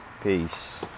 Peace